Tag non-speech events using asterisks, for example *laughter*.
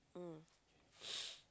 mm *noise*